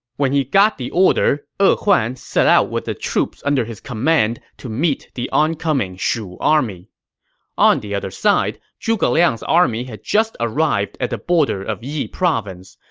when he got the order, e huan set out with the troops under his command to meet the oncoming shu army on the other side, zhuge liang's army had just arrived at the border of yi province.